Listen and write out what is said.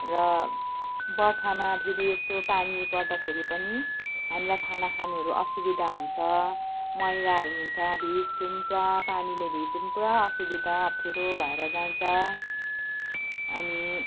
र बर्खामा फेरि यस्तो पानी पर्दाखेरि पनि हामीलाई खाना खानहरू असुविधा हुन्छ मैलाहरू हुन्छ भिज्छौँ पुरा पानीले भिजेर पुरा असुविधा अप्ठ्यारो भएर जान्छ अनि